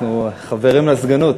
אנחנו חברים לסגנות.